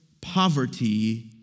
poverty